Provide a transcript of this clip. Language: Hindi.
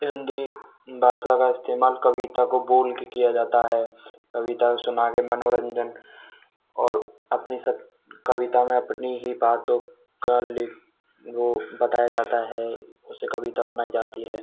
हिन्दी भाषा का इस्तेमाल कविता को बोल के किया जाता है कविता सुना के मनोरंजन और अपनी सत कविता में अपनी ही बातों का वह जो बताया जाता है उससे कविता बनाई जाती है